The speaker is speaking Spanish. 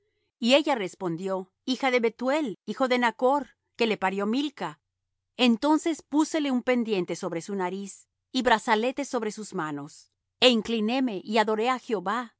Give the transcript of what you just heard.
y ella respondió hija de bethuel hijo de nachr que le parió milca entonces púsele un pendiente sobre su nariz y brazaletes sobre sus manos e inclinéme y adoré á jehová